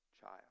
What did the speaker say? child